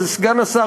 סגן השר,